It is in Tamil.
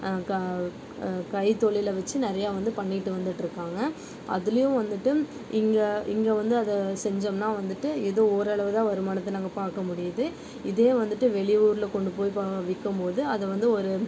கா கைத்தொழிலை வச்சு நிறையா வந்து பண்ணிகிட்டு வந்துட்டிருக்காங்க அதிலியும் வந்துட்டு இங்கே இங்கே வந்து அதை செஞ்சோம்னால் வந்துட்டு எதோ ஓரளவு தான் வருமானத்தை நாங்கள் பார்க்க முடியுது இதே வந்துட்டு வெளியூரில் கொண்டு போய் பா விற்கும்மோது அதை வந்து ஒரு